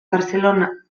barcelona